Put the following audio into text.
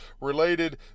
related